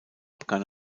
begann